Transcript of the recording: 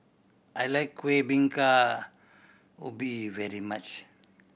I like Kueh Bingka Ubi very much